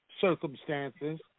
circumstances